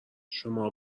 شماها